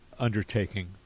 undertaking